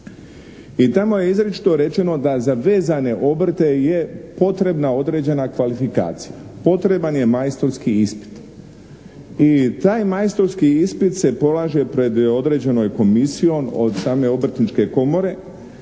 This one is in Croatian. I tamo je izričito rečeno da za vezane obrte je potrebna određena kvalifikacija. Potreban je majstorski ispit. I taj majstorski ispit se polaže pred određenom komisijom od same obrtničke komore